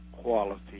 quality